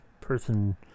person